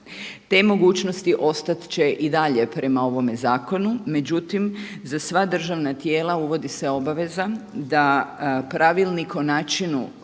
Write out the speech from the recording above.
Te mogućnost ostat će i dalje prema ovome zakonu, međutim za sva državna tijela uvodi se obaveza da pravilnik o načinu